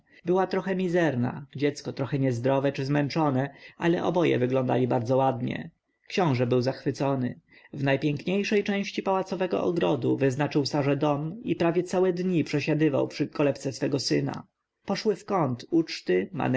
była trochę mizerna dziecko trochę niezdrowe czy zmęczone ale oboje wyglądali bardzo ładnie książę był zachwycony w najpiękniejszej części pałacowego ogrodu wyznaczył sarze dom i prawie całe dni przesiadywał przy kolebce swego syna poszły w kąt uczty manewry